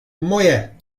moje